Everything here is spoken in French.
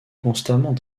constamment